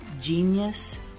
Genius